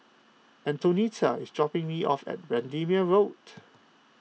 Antonetta is dropping me off at Bendemeer Road